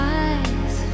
eyes